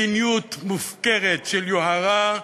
מדיניות מופקרת של יוהרה,